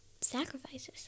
sacrifices